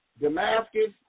Damascus